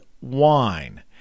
wine